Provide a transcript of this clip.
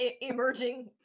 emerging